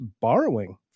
borrowing